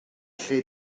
lle